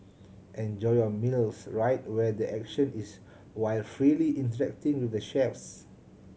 enjoy your meals right where the action is while freely interacting with the chefs